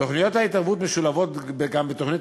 תוכניות ההתערבות משולבות גם בתוכנית